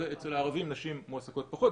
אצל הערבים נשים מועסקות פחות,